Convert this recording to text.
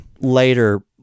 later